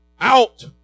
out